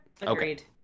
agreed